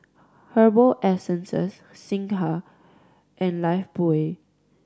Herbal Essences Singha and Lifebuoy